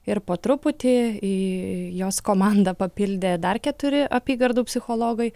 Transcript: ir po truputį į jos komandą papildė dar keturi apygardų psichologai